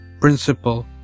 principle